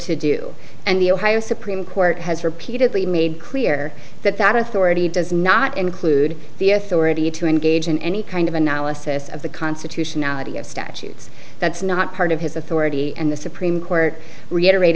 to do and the ohio supreme court has repeatedly made clear that that of already does not include the authority to engage in any kind of analysis of the constitutionality of statutes that's not part of his authority and the supreme court reiterate